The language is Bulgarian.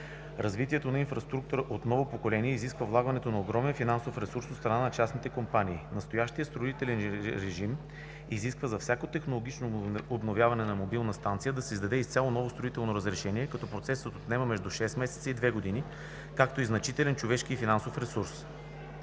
Развитието на инфраструктура от ново поколение изисква влагането на огромен финансов ресурс от страна на частните компании. Настоящият строителен режим изисква за всяко технологично обновяване на мобилна станция да се издаде изцяло ново строително разрешение, като процесът отнема между шест месеца и две години, както и значителен човешки и финансов ресурс.